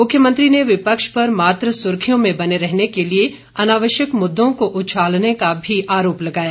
मुख्यमंत्री ने विपक्ष पर मात्र सुर्खियों में बने रहने के लिए अनावश्यक मुददों को उछालने का भी आरोप लगाया